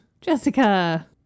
Jessica